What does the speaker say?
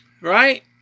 Right